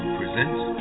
presents